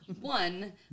One